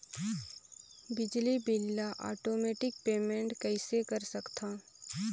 बिजली बिल ल automatic payment कइसे कर सकथव?